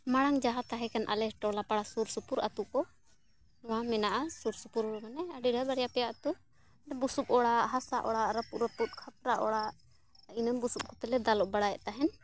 ᱢᱟᱲᱟᱝ ᱡᱟᱦᱟᱸ ᱛᱟᱦᱮᱸ ᱠᱟᱱ ᱟᱞᱮ ᱴᱚᱞᱟ ᱯᱟᱲᱟ ᱥᱩᱨ ᱥᱩᱯᱩᱨ ᱟᱛᱳ ᱠᱚ ᱱᱚᱣᱟ ᱢᱮᱱᱟᱜᱼᱟ ᱥᱩᱨ ᱥᱩᱯᱩᱨ ᱢᱟᱱᱮ ᱟᱹᱰᱤ ᱰᱷᱮᱨ ᱵᱟᱨᱭᱟ ᱯᱮᱭᱟ ᱟᱛᱳ ᱵᱩᱥᱩᱵ ᱚᱲᱟᱜ ᱦᱟᱥᱟ ᱚᱲᱟᱜ ᱨᱟᱹᱯᱩᱫ ᱨᱟᱹᱯᱩᱫ ᱠᱷᱟᱯᱨᱟ ᱚᱲᱟᱜ ᱤᱱᱟᱹ ᱵᱩᱥᱩᱵ ᱠᱚᱛᱮᱞᱮ ᱫᱟᱞᱚᱵ ᱵᱟᱲᱟᱭᱮᱫ ᱛᱟᱦᱮᱱ